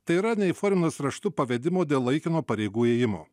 tai yra neįforminus raštu pavedimo dėl laikino pareigų ėjimo